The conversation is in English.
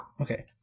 Okay